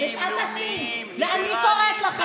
לאומיים, ליברלים,